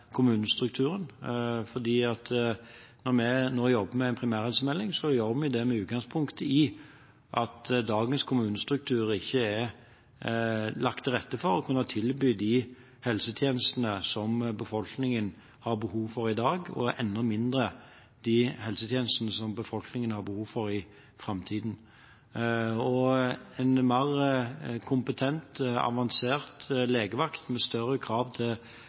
kommunestrukturen. Når vi nå jobber med en primærhelsemelding, gjør vi det med utgangspunkt i at dagens kommunestruktur ikke er lagt til rette for å kunne tilby de helsetjenestene som befolkningen har behov for i dag – og enda mindre de helsetjenestene som befolkningen har behov for i framtiden. En mer kompetent, avansert legevakt, med større krav